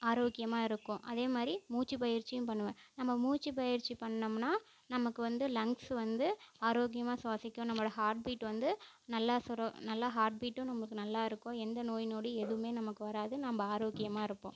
ஆரோக்கியமாக இருக்கும் அதேமாதிரி மூச்சு பயிற்சியும் பண்ணுவேன் நம்ம மூச்சு பயிற்சி பண்னோம்னா நமக்கு வந்து லங்ஸ் வந்து ஆரோக்கியமாக ஸ்வாசிக்கும் நம்மளோடய ஹாட்பீட் வந்து நல்லா சுர நல்லா ஹாட்பீட்டும் நமக்கு நல்லாயிருக்கும் எந்த நோய் நொடியும் எதுவுமே நமக்கு வராது நம்ம ஆரோக்கியமாக இருப்போம்